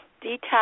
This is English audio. detached